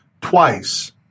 twice